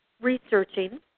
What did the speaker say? researching